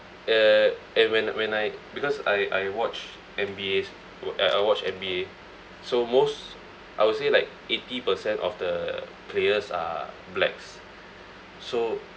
uh and when when I because I I watch N_B_As uh I I watch N_B_A so most I would say like eighty percent of the players are blacks so